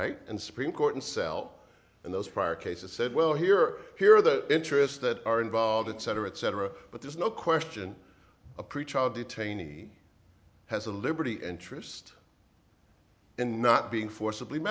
right and supreme court and sell in those prior cases said well here here the interests that are involved in cetera et cetera but there's no question a pretrial detainee has a liberty interest in not being forcibly